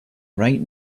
right